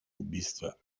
убийство